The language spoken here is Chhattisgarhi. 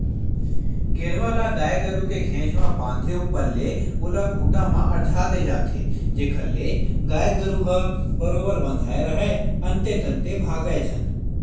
गेरवा ल गाय गरु के घेंच म बांधे ऊपर ले ओला खूंटा म अरझा दे जाथे जेखर ले गाय गरु ह बरोबर बंधाय राहय अंते तंते भागय झन